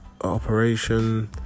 operation